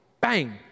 Bang